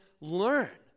learn